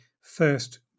first